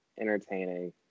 entertaining